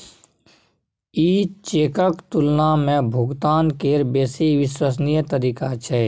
ई चेकक तुलना मे भुगतान केर बेसी विश्वसनीय तरीका छै